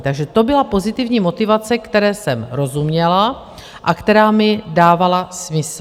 Takže to byla pozitivní motivace, které jsem rozuměla a která mi dávala smysl.